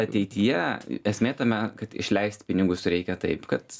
ateityje esmė tame kad išleist pinigus reikia taip kad